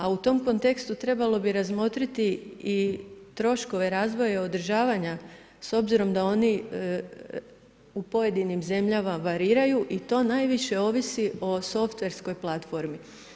A u tom kontekstu trebalo bi razmotriti i troškove razvoja održavanja, s obzirom da oni u pojedinim zemljama variraju i to najviše ovisi o softverskoj platformi.